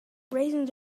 raisins